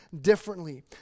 differently